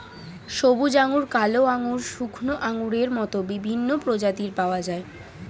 সবুজ আঙ্গুর, কালো আঙ্গুর, শুকনো আঙ্গুরের মত বিভিন্ন প্রজাতির পাওয়া যায়